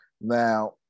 Now